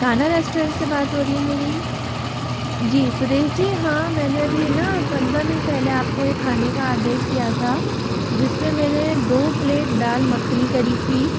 Kanha restaurant से बात हो रही है मेरी जी सुरेश जी हाँ मैंने अभी न पंद्रह मिनट पहले एक खाने का आदेश दिया था जिसमें मैंने दो प्लेट दाल मखनी करी थी